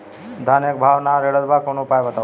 धनवा एक भाव ना रेड़त बा कवनो उपाय बतावा?